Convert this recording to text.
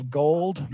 gold